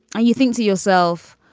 you think to yourself,